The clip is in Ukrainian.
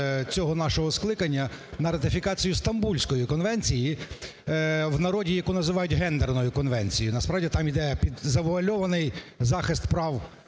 цього нашого скликання на ратифікацію Стамбульської конвенції, в народі яку називають гендерною конвенцією, насправді там йде завуальований захист прав